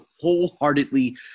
wholeheartedly